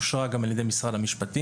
אושרה גם על ידי משרד המשפטים,